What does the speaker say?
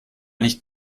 nicht